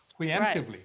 preemptively